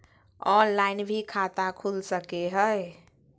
Online भी खाता खूल सके हय?